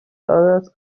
عادت